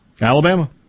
Alabama